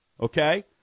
okay